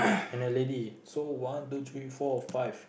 and a lady so one two three four five